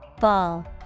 Ball